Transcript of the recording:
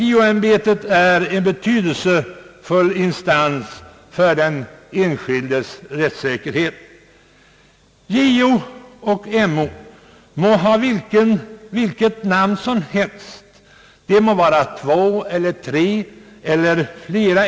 JO och MO må ha vilka namn som helst, och de må vara två, tre eller flera.